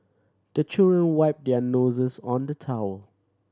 the children wipe their noses on the towel